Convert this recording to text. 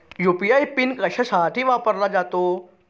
UPI PIN कशासाठी वापरला जातो?